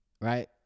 right